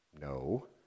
No